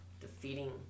defeating